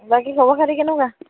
বাকী খবৰ খাতি কেনেকুৱা